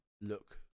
look